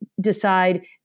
decide